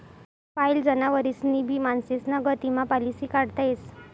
पायेल जनावरेस्नी भी माणसेस्ना गत ईमा पालिसी काढता येस